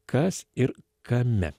kas ir kame